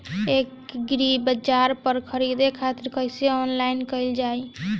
एग्रीबाजार पर खरीदे खातिर कइसे ऑनलाइन कइल जाए?